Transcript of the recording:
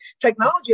Technology